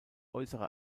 äußere